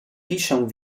piszę